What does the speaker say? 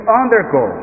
undergo